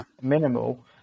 Minimal